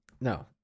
No